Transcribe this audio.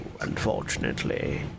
unfortunately